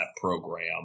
program